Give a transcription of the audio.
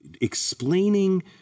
explaining